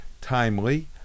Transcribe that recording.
Timely